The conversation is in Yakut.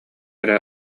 эрэ